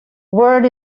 world